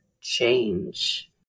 change